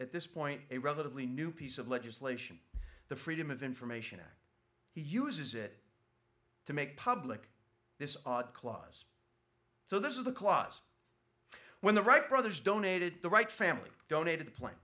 at this point a relatively new piece of legislation the freedom of information act he uses it to make public this odd clause so this is the clause when the wright brothers donated the right family donated the plan